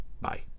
Bye